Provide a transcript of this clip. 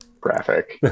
graphic